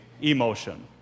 emotion